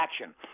action